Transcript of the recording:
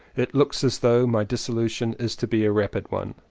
it looks as though my dissolution is to be a rapid one.